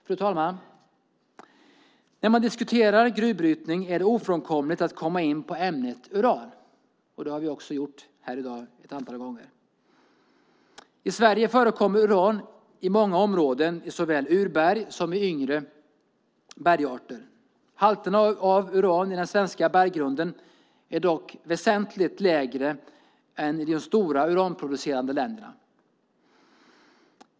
Fru talman! När man diskuterar gruvbrytning är det ofrånkomligt att komma in på ämnet uran. Det har vi också gjort här i dag ett antal gånger. I Sverige förekommer uran i många områden i såväl urberg som i yngre bergarter. Halterna av uran i den svenska berggrunden är dock väsentligt lägre än i de stora uranproducerande länderna.